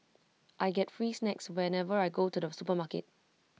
I get free snacks whenever I go to the supermarket